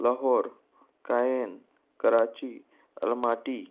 लहोर कायायन कराची अलमाटी